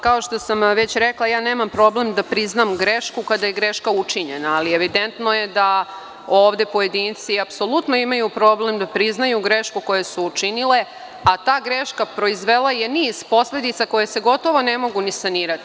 Kao što sam već rekla, ja nemam problem da priznam grešku kada je greška učinjena, ali evidentno je da ovde pojedinci apsolutno imaju problem da priznaju grešku koju su učinili, a ta greška je proizvela niz posledica koje se gotovo ne mogu ni sanirati.